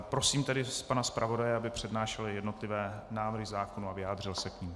Prosím tedy pana zpravodaje, aby přednášel jednotlivé návrhy zákonů a vyjádřil se k nim.